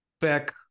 back